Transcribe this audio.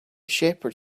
shepherd